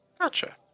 Gotcha